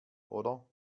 oder